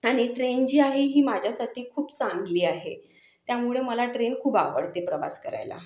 आणि ट्रेन जी आहे ही माझ्यासाठी खूप चांगली आहे त्यामुळे मला ट्रेन खूप आवडते प्रवास करायला